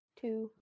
two